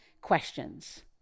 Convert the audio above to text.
questions